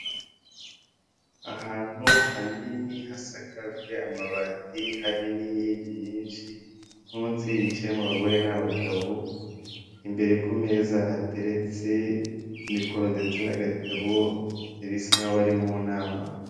Ahantu hanini hasakajwe amabati hari n'inkingi nyinshi munsi hicayemo abagore n'abagabo, imbere ku meza hateretse mikoro ndetse n'agatabo ibisa n'aho bari mu nama.